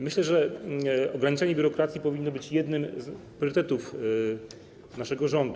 Myślę, że ograniczenie biurokracji powinno być jednym z priorytetów naszego rządu.